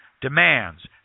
demands